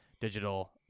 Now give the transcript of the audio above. digital